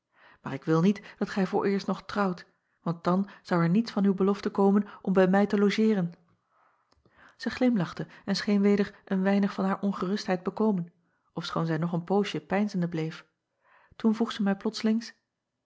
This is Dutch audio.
aar ik wil niet dat gij vooreerst nog trouwt want dan zou er niets van uw belofte komen om bij mij te logeeren ij glimlachte en scheen weder een weinig van haar ongerustheid bekomen ofschoon zij nog een poosje peinzende bleef oen vroeg zij mij